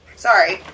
Sorry